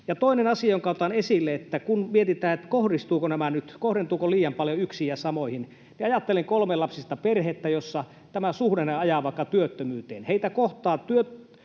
Toinen asia, jonka otan esille: Kun mietitään, kohdentuvatko nämä nyt liian paljon yksiin ja samoihin, niin ajattelen kolmilapsista perhettä, jossa tämä suhdanne ajaa vaikka työttömyyteen. Heitä kohtaavat työttömyysturvan